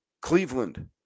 Cleveland